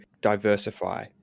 diversify